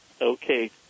Okay